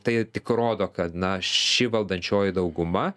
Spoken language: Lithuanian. tai tik rodo kad na ši valdančioji dauguma